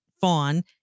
fawn